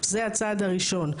זה הצעד הראשון.